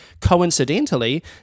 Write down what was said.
coincidentally